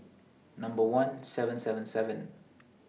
Number one seven seven seven